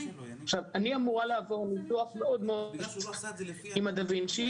עכשיו אני אמורה לעבור ניתוח מאוד - עם הדה וינצ'י,